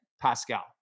Pascal